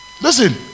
Listen